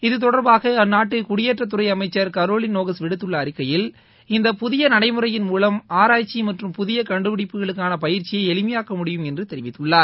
இதுதொடர்பாக அந்நாட்டு குடியேற்ற துறை அமைச்சர் கரோலின் நோகஸ் விடுத்துள்ள அறிக்கையில் இந்த புதிய நடைமுறையின் மூலம் ஆராய்ச்சி மற்றும் புதிய கண்டுபிடிப்புகளுக்கான பயிற்சியை எளிமையாக்க முடியும் என்று தெரிவித்துள்ளார்